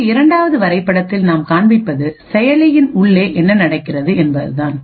இங்கு இரண்டாவது வரைபடத்தில் நாம் காண்பிப்பது செயலியின் உள்ளே என்ன நடக்கிறது என்பதுதான்